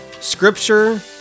Scripture